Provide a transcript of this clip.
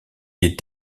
est